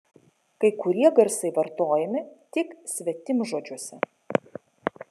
kai kurie garsai vartojami tik svetimžodžiuose